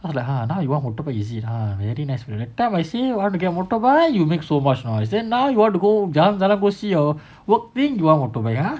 I like ha now you want motorbike is it ha that time I see you want to get motorbike you make so much noise then now you want to go jalan-jalan go see your work thing you want motorbike ah